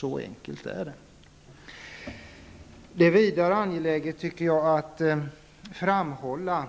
Så enkelt är det. Det är vidare angeläget att framhålla